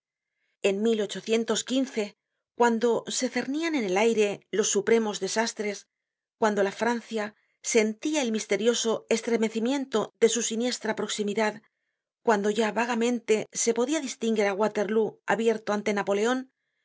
en cuando se cernian en el aire los supremos desastres cuando la francia sentía el misterioso estremecimiento de su siniestra proximidad cuando ya vagamente se podia distinguir á waterloo abierto ante napoleon